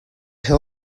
hill